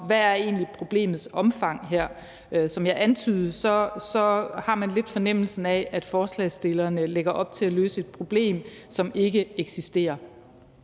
hvad problemets egentlige omfang er her. Som jeg antydede, har man lidt fornemmelsen af, at forslagsstillerne lægger op til at løse et problem, som ikke eksisterer.